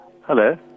Hello